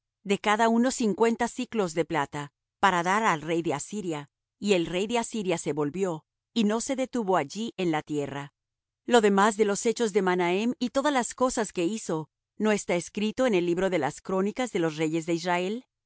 de cada uno cincuenta siclos de plata para dar al rey de asiria y el rey de asiria se volvió y no se detuvo allí en la tierra lo demás de los hechos de manahem y todas las cosas que hizo no está escrito en el libro de las crónicas de los reyes de israel